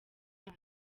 bana